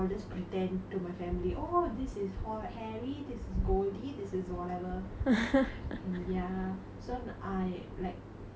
ya so I like my uncle actually my mother's brother he's the one who bought for me the fishes